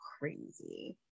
crazy